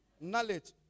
Knowledge